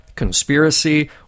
Conspiracy